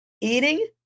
eating